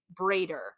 braider